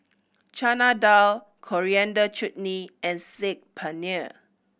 Chana Dal Coriander Chutney and Saag Paneer